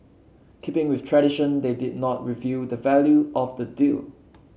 keeping with tradition they did not reveal the value of the deal